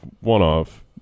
one-off